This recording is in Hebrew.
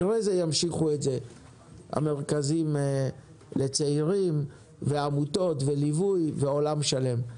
אחרי זה ימשיכו את זה המרכזים לצעירים והעמותות וליווי ועולם שלם,